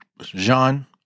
Jean